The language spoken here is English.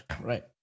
right